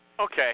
Okay